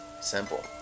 Simple